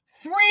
three